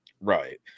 Right